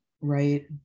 Right